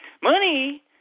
Money